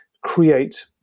create